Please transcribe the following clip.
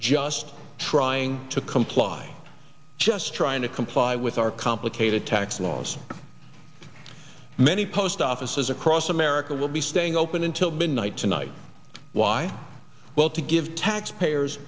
just trying to comply just trying to comply with our complicated tax laws many post offices across america will be staying open until midnight tonight why well to give taxpayers